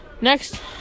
next